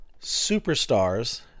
superstars